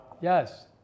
Yes